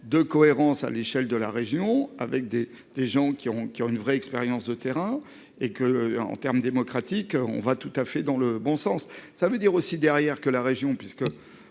de cohérence à l'échelle de la région avec des des gens qui ont qui ont une vraie expérience de terrain et que en termes démocratiques on va tout à fait dans le bon sens, ça veut dire aussi derrière que la région puisque